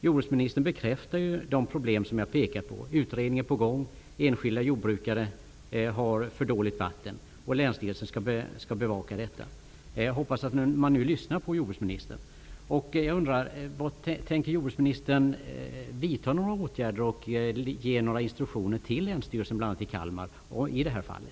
Jordbruksministern bekräftar de problem som jag pekar på, och en utredning är på gång. Enskilda jordbrukare har för dåligt vatten, och länsstyrelsen skall bevaka detta. Jag hoppas att man nu lyssnar på jordbruksministern. Kalmar i det här fallet?